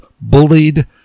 bullied